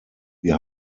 wir